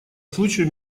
случаю